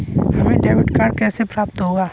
हमें debit card कैसे प्राप्त होगा?